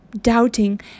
doubting